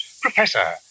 Professor